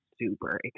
super